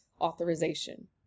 authorization